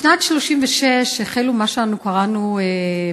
בשנת 1936 החלו מה שאנו קראנו להם